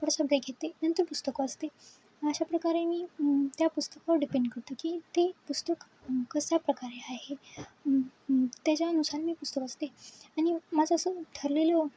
थोडंसं ब्रेक घेते नंतर पुस्तकं वाचते अशा प्रकारे मी त्या पुस्तकावर डिपेंड करतं की ते पुस्तक कसा प्रकारे आहे त्याच्यानुसार मी पुस्तकं वाचते आणि माझं असं ठरलेलं